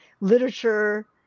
literature